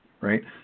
right